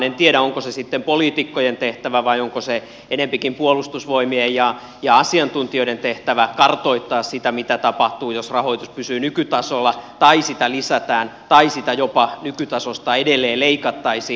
en tiedä onko se sitten poliitikkojen tehtävä vai onko se enempikin puolustusvoimien ja asiantuntijoiden tehtävä kartoittaa sitä mitä tapahtuu jos rahoitus pysyy nykytasolla tai sitä lisätään tai sitä jopa nykytasosta edelleen leikattaisiin